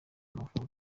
amavubi